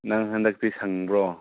ꯅꯪ ꯍꯟꯗꯛꯇꯤ ꯁꯪꯕ꯭ꯔꯣ